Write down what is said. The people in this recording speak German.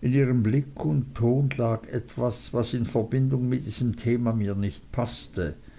in ihrem blick und ton lag etwas was in verbindung mit diesem thema mir nicht paßte